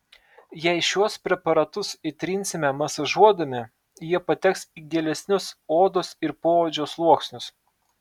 jei šiuos preparatus įtrinsime masažuodami jie pateks į gilesnius odos ir poodžio sluoksnius